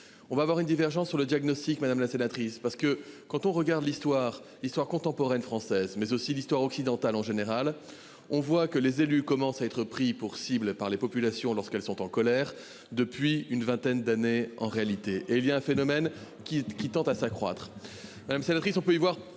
On va avoir une divergence sur le diagnostic, madame la sénatrice, parce que quand on regarde l'histoire, histoire contemporaine française mais aussi l'histoire occidentale en général. On voit que les élus commencent à être pris pour cibles par les populations lorsqu'elles sont en colère, depuis une vingtaine d'années en réalité et il y a un phénomène qui, qui tend à s'accroître. Madame c'est la on peut y voir